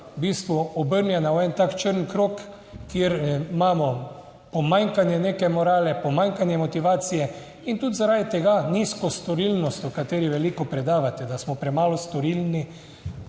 obrnjena v en tak črn krog, kjer imamo pomanjkanje neke morale, pomanjkanje motivacije in tudi zaradi tega nizko storilnost, o kateri veliko predavate, da smo premalo storilni,